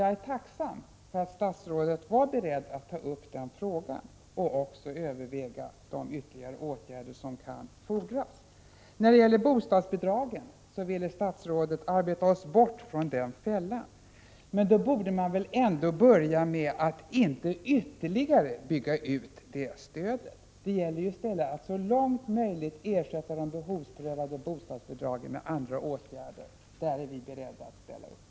Jag är tacksam för att statsrådet var beredd att ta upp den frågan och också överväga de ytterligare åtgärder som kan erfordras. När det gäller bostadsbidragen ville statsrådet arbeta oss bort från den fällan. Men då borde man väl ändå börja med att inte ytterligare bygga ut det stödet. Det gäller ju i stället att så långt möjligt ersätta de behovsprövade bostadsbidragen med andra åtgärder. Där är vi beredda att ställa upp.